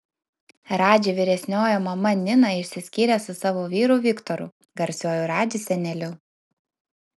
radži vyresniojo mama nina išsiskyrė su savo vyru viktoru garsiuoju radži seneliu